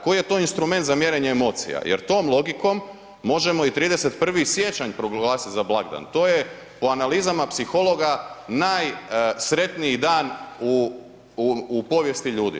Koji je to instrument za mjerenje emocija jer tom logikom možemo i 31. siječanj proglasit za blagdan to je po analizama psihologa, najsretniji dan u povijesti ljudi.